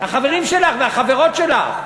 החברים שלך והחברות שלך.